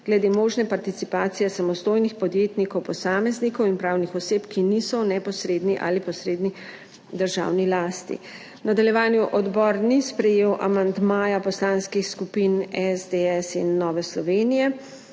glede možne participacije samostojnih podjetnikov posameznikov in pravnih oseb, ki niso v neposredni ali posredni državni lasti. V nadaljevanju odbor ni sprejel amandmaja Poslanskih skupin SDS in Nove Slovenije